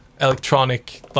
electronic